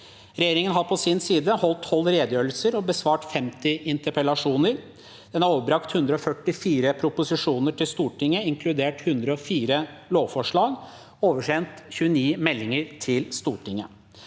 Regjeringen har på sin side holdt tolv redegjørelser og besvart 50 interpellasjoner. Den har overbrakt 144 proposisjoner til Stortinget – inkludert 104 lovforslag – og oversendt 29 meldinger til Stortinget.